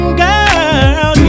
girl